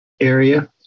area